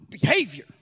Behavior